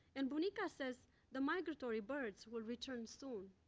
and bunica says the migratory birds will return soon.